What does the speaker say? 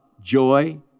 joy